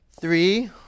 three